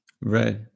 Right